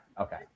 okay